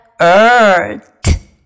earth